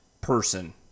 person